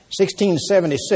1676